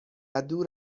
دور